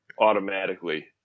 automatically